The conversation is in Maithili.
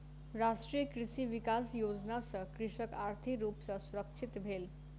राष्ट्रीय कृषि विकास योजना सॅ कृषक आर्थिक रूप सॅ सुरक्षित भेल